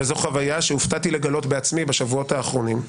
וזו חוויה שהופתעתי לגלות בעצמי בשבועות האחרונים,